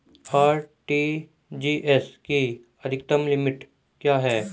RTGS की अधिकतम limit क्या है?